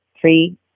three